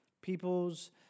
people's